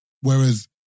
Whereas